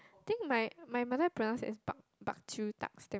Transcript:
think my my mother pronounce it as bak bak chew tak stamp